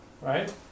right